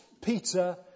Peter